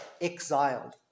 exiled